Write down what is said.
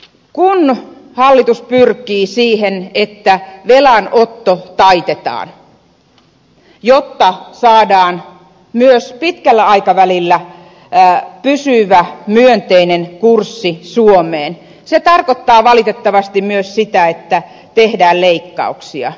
kun hallitus pyrkii siihen että velanotto taitetaan jotta saadaan myös pitkällä aikavälillä pysyvä myönteinen kurssi suomeen se tarkoittaa valitettavasti myös sitä että tehdään leikkauksia